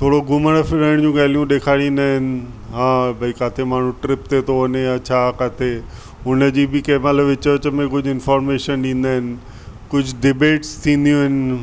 थोरो घुमण फिरण जूं ॻाल्हियूं ॾेखारींदा आहिनि हा भाई किथे माण्हू ट्रिप थिए थो वञे या छा काथे हुनजी बि कंहिंमहिल विच विच में कुझु इंफॉर्मेशन ॾींदा आहिनि कुझु डिबेट्स थींदियूं आहिनि